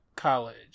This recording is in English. College